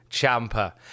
Champa